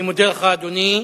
אני מודה לך, אדוני.